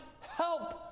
help